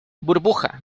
burbuja